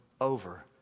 over